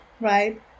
right